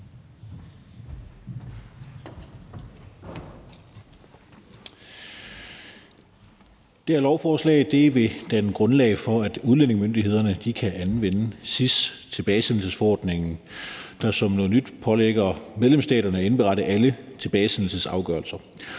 Det her lovforslag vil danne grundlag for, at udlændingemyndighederne kan anvende SIS-tilbagesendelsesforordningen, der som noget nyt pålægger medlemsstaterne at indberette alle tilbagesendelsesafgørelser.